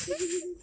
he he he he